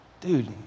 dude